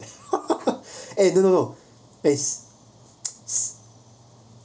eh no no no eh